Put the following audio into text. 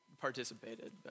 participated